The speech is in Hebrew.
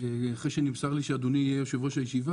אחרי שנמסר לי שאדוני יהיה יושב-ראש הישיבה,